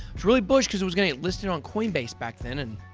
it's really bullish cuz it was getting listed on coinbase back then and,